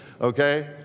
okay